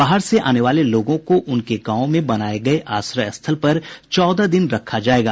बाहर से आने वाले लोगों को उनके गांवों में बनाये गये आश्रय स्थल पर चौदह दिन रखा जायेगा